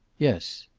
yes.